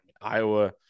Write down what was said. Iowa